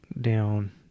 down